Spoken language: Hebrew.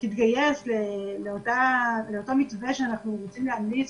תתגייס לאותו מתווה שאנחנו רוצים להמליץ,